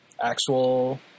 actual